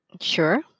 Sure